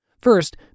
First